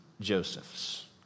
Joseph's